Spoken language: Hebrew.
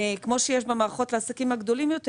כמו שיש במערכות לעסקים הגדולים יותר